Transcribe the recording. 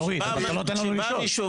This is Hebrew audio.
יש.